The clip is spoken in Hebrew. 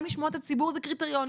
גם לשמוע את הציבור זה קריטריון,